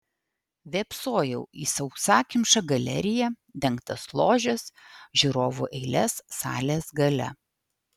vėpsojau į sausakimšą galeriją dengtas ložes žiūrovų eiles salės gale